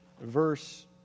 verse